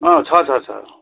छ छ छ